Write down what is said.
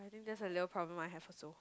that's a little problem I have also